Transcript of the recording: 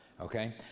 okay